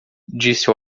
disse